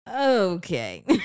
Okay